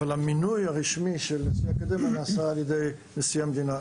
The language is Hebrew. אבל המינוי הרשמי של נשיא האקדמיה נעשה על-ידי נשיא המדינה.